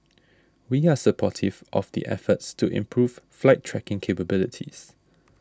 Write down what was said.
we are supportive of the efforts to improve flight tracking capabilities